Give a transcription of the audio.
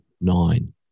nine